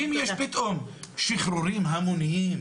אם יש פתאום שחרורים המוניים